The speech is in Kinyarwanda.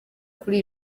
kuri